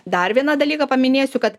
dar vieną dalyką paminėsiu kad